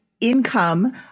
income